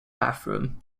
bathroom